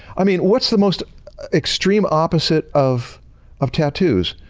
i mean, what's the most extreme opposite of of tattoos?